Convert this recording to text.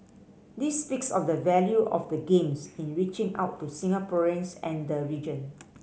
this speaks of the value of the Games in reaching out to Singaporeans and the region